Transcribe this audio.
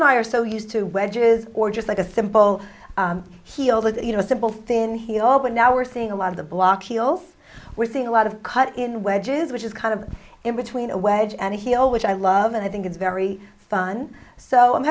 and i are so used to wedges or just like a simple heel that you know simple thin he all but now we're seeing a lot of the block heels we're seeing a lot of cut in wedges which is kind of in between a wedge and heel which i love and i think it's very fun so i'm